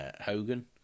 Hogan